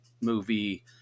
movie